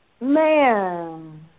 Man